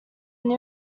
new